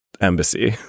embassy